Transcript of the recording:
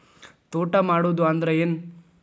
ತೋಟ ಮಾಡುದು ಅಂದ್ರ ಏನ್?